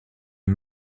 est